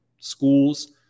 schools